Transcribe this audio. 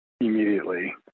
immediately